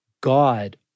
God